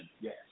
Yes